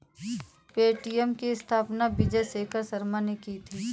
Paytm की स्थापना विजय शेखर शर्मा ने की थी